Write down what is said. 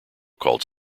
called